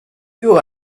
you